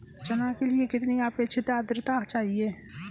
चना के लिए कितनी आपेक्षिक आद्रता चाहिए?